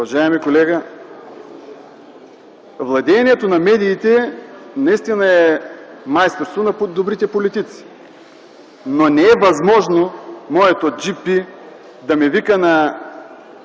Уважаеми колега, владеенето на медиите наистина е майсторство на добрите политици. Но не е възможно моето джипи да ме вика на